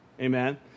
Amen